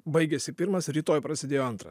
baigiasi pirmas rytoj prasidėjo antras